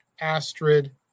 Astrid